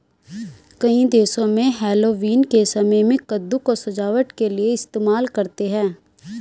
कई देशों में हैलोवीन के समय में कद्दू को सजावट के लिए इस्तेमाल करते हैं